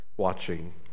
watching